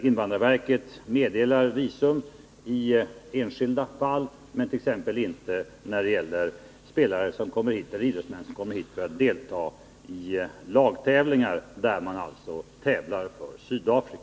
Invandrarverket meddelar visum i enskilda fall, men inte när det t.ex. gäller idrottsmän från Sydafrika som kommer hit för att delta i lagtävlingar och alltså tävlar för Sydafrika.